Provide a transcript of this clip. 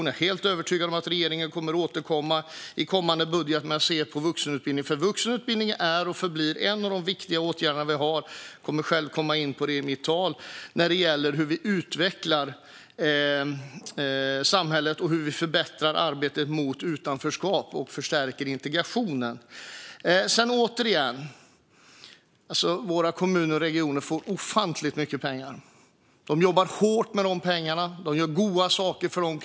Jag är helt övertygad om att regeringen kommer att återkomma i kommande budget om hur man ser på vuxenutbildning, för det är och förblir en av de viktiga åtgärder vi har. Jag kommer själv att komma in på detta i mitt tal när det gäller hur vi utvecklar samhället, förbättrar arbetet mot utanförskap och förstärker integrationen. Återigen: Våra kommuner och regioner får ofantligt mycket pengar. De jobbar hårt med dessa pengar och gör goda saker för dem.